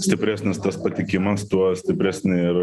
stipresnis tas patikimas tuo stipresni ir